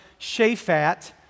Shaphat